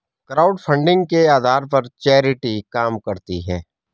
crowdfunding के आधार पर चैरिटी काम करती है